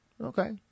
Okay